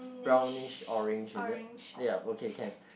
brownish orange is it yeap okay can